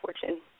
Fortune